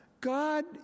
God